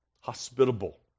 hospitable